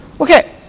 Okay